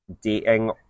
dating